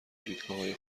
دیدگاههای